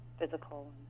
physical